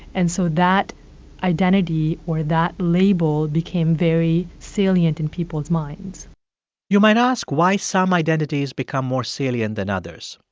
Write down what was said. and so that identity or that label became very salient in people's minds you might ask why some identities become more salient than others.